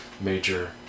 major